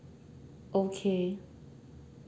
okay